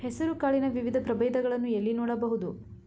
ಹೆಸರು ಕಾಳಿನ ವಿವಿಧ ಪ್ರಭೇದಗಳನ್ನು ಎಲ್ಲಿ ನೋಡಬಹುದು?